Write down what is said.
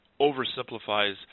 oversimplifies